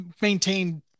maintain